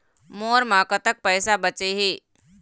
मोर म कतक पैसा बचे हे?